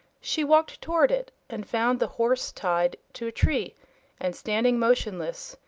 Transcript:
she walked toward it and found the horse tied to a tree and standing motionless,